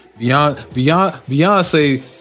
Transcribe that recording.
Beyonce